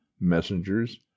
messengers